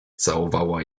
całowała